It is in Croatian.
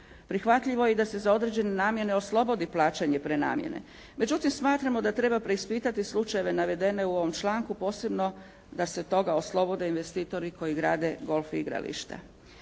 Prihvatljivo je i da se za određene namjene oslobodi plaćanje prenamjene. Međutim smatramo da treba preispitati slučajeve navedene u ovom članku posebno da se toga oslobode investitori koji glade golf igralište.